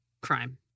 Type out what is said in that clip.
Crime